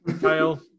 Kyle